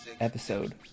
episode